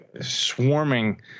swarming